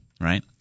right